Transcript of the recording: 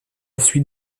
suite